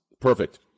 Perfect